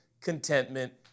contentment